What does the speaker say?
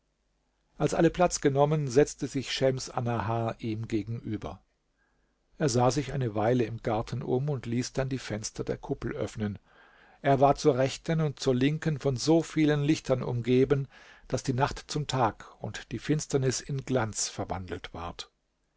als alle platz genommen setzte sich schems annahar ihm gegenüber er sah sich eine weile im garten um und ließ dann die fenster der kuppel öffnen er war zur rechten und zur linken von so vielen lichtern umgeben daß die nacht zum tag und die finsternis in glanz verwandelt ward